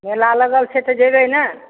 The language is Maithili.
मेला लगल छै तऽ जेबै नहि